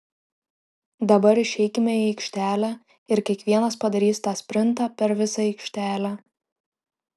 dabar išeikime į aikštelę ir kiekvienas padarys tą sprintą per visą aikštelę